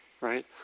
Right